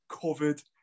covered